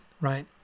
right